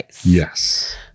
Yes